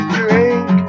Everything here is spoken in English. drink